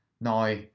now